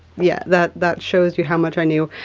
yeah, that, that shows you how much i knew.